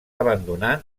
abandonant